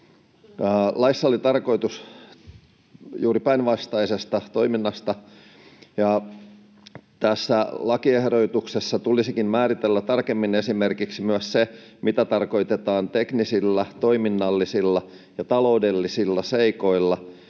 Laissa oli tarkoituksena juuri päinvastainen toiminta, ja tässä lakiehdotuksessa tulisikin määritellä tarkemmin esimerkiksi myös se, mitä tarkoitetaan teknisillä, toiminnallisilla ja taloudellisilla seikoilla,